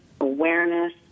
awareness